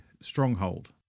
stronghold